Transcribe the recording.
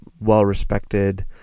well-respected